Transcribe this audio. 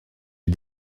est